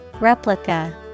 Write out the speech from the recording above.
Replica